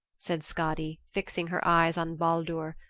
said skadi fixing her eyes on baldur,